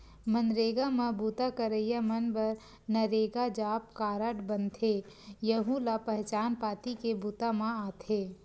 मनरेगा म बूता करइया मन बर नरेगा जॉब कारड बनथे, यहूं ह पहचान पाती के बूता म आथे